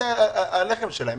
יש מוסדות שזה הלחם שלהם.